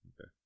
okay